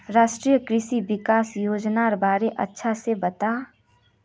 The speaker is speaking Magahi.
राष्ट्रीय कृषि विकास योजनार बारे अच्छा से बता